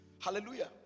hallelujah